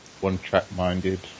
One-track-minded